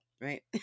right